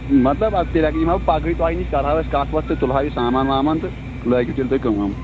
مطلب اَدٕ تیٚلہِ حظ یِمہٕ ہا بہٕ پگہٕے تۄہہِ نِش کَرٕ ہاو أسۍ کَتھ وَتھ تہٕ تُلہٕ ہاو یہِ سامان وامان تہٕ لٲگِو تیٚلہِ تُہۍ کٲم